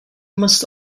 must